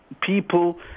people